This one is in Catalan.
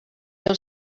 els